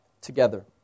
together